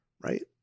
right